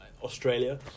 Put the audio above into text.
Australia